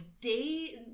day